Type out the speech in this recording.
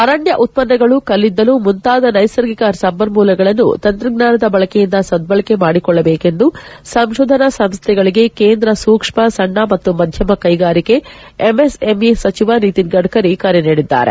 ಅರಣ್ಯ ಉತ್ಪನ್ನಗಳು ಕಲ್ಲಿದ್ದಲು ಮುಂತಾದ ನ್ನೆಸರ್ಗಿಕ ಸಂಪನ್ನೂಲಗಳನ್ನು ತಂತ್ರಜ್ಞಾನದ ಬಳಕೆಯಿಂದ ಸದ್ಗಳಕೆ ಮಾಡಿಕೊಳ್ಳಬೇಕು ಎಂದು ಸಂಶೋಧನಾ ಸಂಸ್ಥೆಗಳಿಗೆ ಕೇಂದ್ರ ಸೂಕ್ಷ್ಮ ಸಣ್ಣ ಮತ್ತು ಮಧ್ಯಮ ಕೈಗಾರಿಕೆ ಎಂಎಸ್ಎಂಇ ಸಚಿವ ನಿತಿನ್ ಗಡ್ತರಿ ಕರೆ ನೀಡಿದ್ದಾರೆ